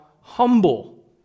humble